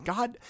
God